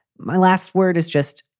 my last word is just,